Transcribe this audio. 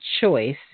choice